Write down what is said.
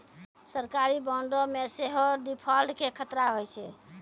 सरकारी बांडो मे सेहो डिफ़ॉल्ट के खतरा होय छै